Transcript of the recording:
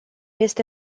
este